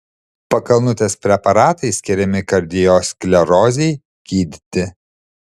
pakalnutės preparatai skiriami kardiosklerozei gydyti